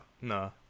no